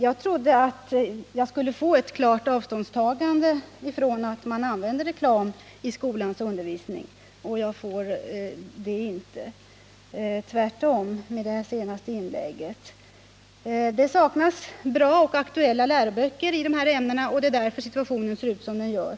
Jag trodde att jag skulle få ett klart avståndstagande från att man använder reklam i skolans undervisning, men det har jag inte fått — tvärtom efter det senaste inlägget. Det saknas bra och aktuella läroböcker i dessa ämnen. Det är därför situationen ser ut som den gör.